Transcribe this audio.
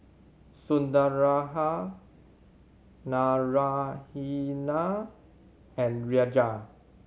Sundaraiah Naraina and Raja